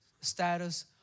status